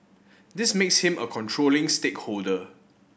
this makes him a controlling stakeholder